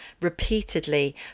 Repeatedly